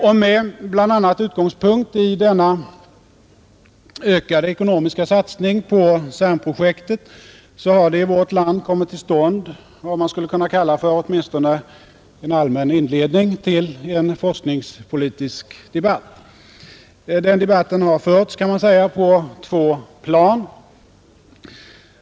Och med utgångspunkt bl.a. i denna ökade ekonomiska satsning på CERN-projektet har det i vårt land kommit till stånd vad man skulle kunna kalla för åtminstone en allmän inledning till en forskningspolitisk debatt. Den debatten har förts, kan man säga, på två plan.